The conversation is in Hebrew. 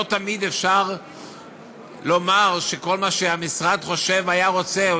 לא תמיד אפשר לומר שכל מה שהמשרד חושב או היה רוצה,